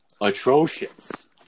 atrocious